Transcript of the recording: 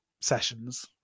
sessions